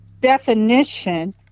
definition